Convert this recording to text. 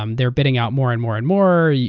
um they're bidding out more and more and more. yeah